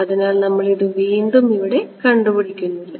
അതിനാൽ നമ്മൾ ഇത് വീണ്ടും ഇവിടെ കണ്ടുപിടിക്കുന്നില്ല